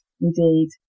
indeed